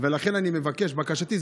ולכן אני מבקש: בקשתי,